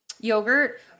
yogurt